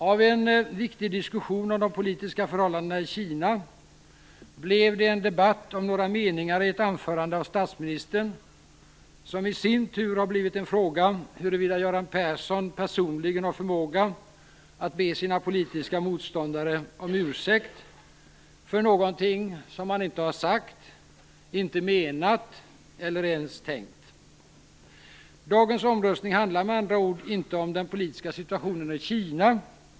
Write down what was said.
Av en viktig diskussion om de politiska förhållandena i Kina blev det en debatt om några meningar i ett anförande av statsministern. Detta har i sin tur blivit en fråga huruvida Göran Persson personligen har förmåga att be sina politiska motståndare om ursäkt för någonting som han inte har sagt, inte menat eller ens tänkt. Dagens omröstning handlar med andra ord inte om den politiska situationen i Kina.